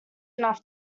enough